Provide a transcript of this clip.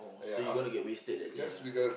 oh so you gonna get wasted that day ah